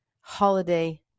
holiday